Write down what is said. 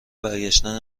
برگشتن